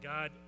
God